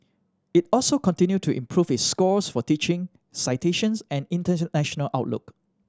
it also continued to improve its scores for teaching citations and international outlook